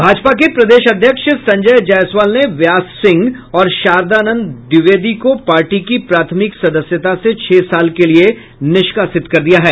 भाजपा के प्रदेश अध्यक्ष संजय जायसवाल ने व्यास सिंह और शारदानंद द्विवेदी को पार्टी की प्राथमिक सदस्यता से छह साल के लिए निष्काषित कर दिया है